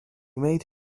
made